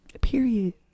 Period